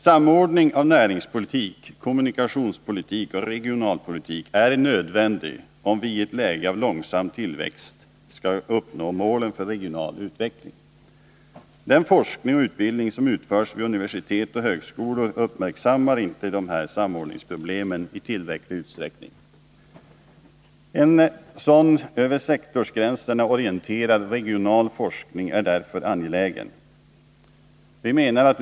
Samordning av näringspolitik, kommunikationspolitik och regionalpolitik är nödvändig, om vi i ett läge av långsam tillväxt skall uppnå målen för regional utveckling. Den forskning och utbildning som utförs vid universitet och högskolor uppmärksammar inte dessa samordningsproblem i tillräcklig utsträckning. En sådan, över sektorsgränsen orienterad regional forskning är därför angelägen.